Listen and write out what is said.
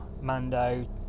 mando